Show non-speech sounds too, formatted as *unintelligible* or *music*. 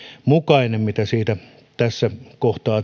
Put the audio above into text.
mukainen mitä siitä tässä kohtaa *unintelligible*